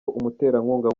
umuterankunga